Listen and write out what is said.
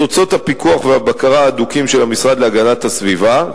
את תוצאות הפיקוח והבקרה ההדוקים של המשרד להגנת הסביבה,